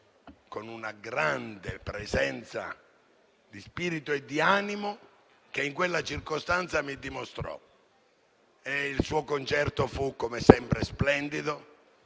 con una grande presenza di spirito e di animo, che in quella circostanza mi dimostrò. Il suo concerto fu come sempre splendido,